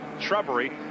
shrubbery